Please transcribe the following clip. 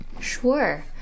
Sure